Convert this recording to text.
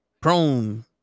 prone